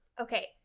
okay